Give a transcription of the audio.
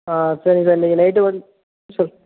ஆ சரிங்க சார் இன்றைக்கி நைட்டு வந்